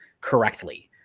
correctly